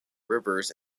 rivers